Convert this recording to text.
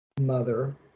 Mother